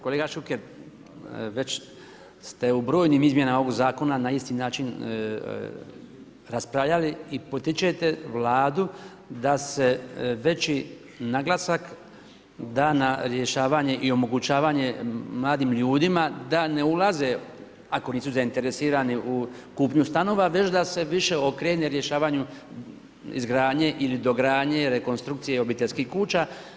Kolega Šuker, već ste u brojnim izmjenama ovoga Zakona na isti način raspravljali i potičete Vladu da se veći naglasak da na rješavanje i omogućavanje mladim ljudima da ne ulaze, ako nisu zainteresirani u kupnju stanova već da se više okrenu rješavanju izgradnje ili dogradnje, rekonstrukcije obiteljskih kuća.